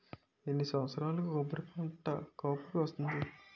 ఎన్ని సంవత్సరాలకు కొబ్బరి పంట కాపుకి వస్తుంది?